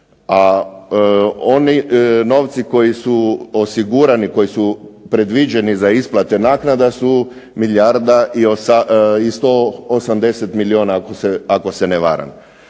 a oni novci koji su osigurani, koji su predviđeni za isplate naknada su milijarda i 180 milijuna ako se ne varam.